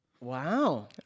Wow